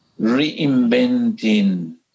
reinventing